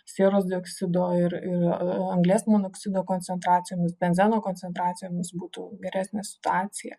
sieros dioksido ir ir anglies monoksido koncentracijomis benzeno koncentracijomis būtų geresnė situacija